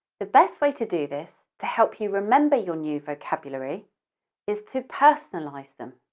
the best way to do this to help you remember your new vocabulary is to personalize them.